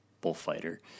bullfighter